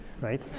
right